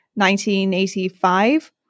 1985